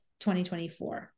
2024